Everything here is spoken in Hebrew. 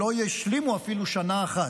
לא ישלימו אפילו שנה אחת.